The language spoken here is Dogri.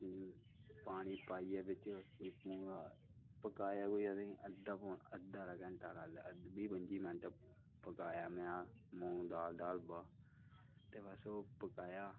पानी पाइयै बिच्च ते पूरा पकाया कोई अद्धा पौना अद्धा हारा घैंटा बीह् पं'जी मैंट पकाया में मूंग दाल दा हलवा ते बस ओह् पकाया